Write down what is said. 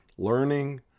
learning